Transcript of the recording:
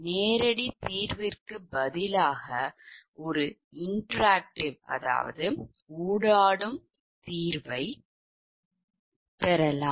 நேரடி தீர்வுக்கு பதிலாக ஊடாடும் தீர்வைப் பெறலாம்